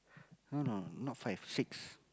no no not five six